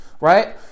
right